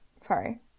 sorry